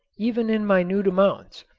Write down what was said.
even in minute amounts,